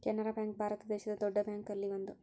Canara bank Bharat ದೇಶದ್ ದೊಡ್ಡ bank ಅಲ್ಲಿ ಒಂದು